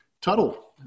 Tuttle